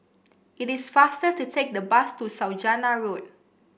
it is faster to take the bus to Saujana Road